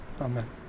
Amen